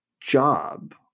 job